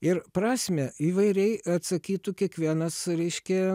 ir prasmę įvairiai atsakytų kiekvienas reiškia